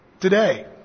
today